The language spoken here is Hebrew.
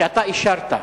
שאתה אישרת,